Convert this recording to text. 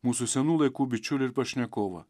mūsų senų laikų bičiulį ir pašnekovą